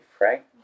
right